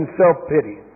self-pity